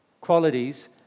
qualities